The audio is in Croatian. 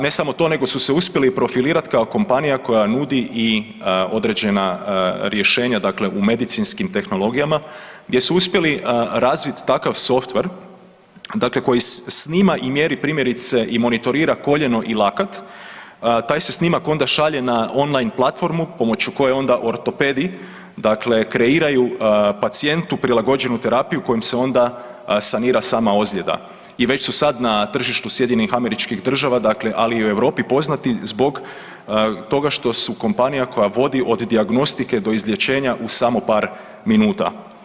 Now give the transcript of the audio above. Ne samo to nego su se uspjeli profilirat kao kompanija nudi i određena rješenja, dakle u medicinskim tehnologijama, gdje su uspjeli razvit takav softver, dakle koji snima i mjeri primjerice i monitorira koljeno i lakat, taj se snimak onda šalje na online platformu pomoću koje onda ortopedi kreiraju pacijentu prilagođenu terapiju kojom se onda sanira sama ozljeda i već su sad na tržištu SAD-a, dakle ali i u Europi poznati zbog toga što su kompanija koja vodi od dijagnostike do izlječenja u samo par minuta.